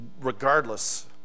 Regardless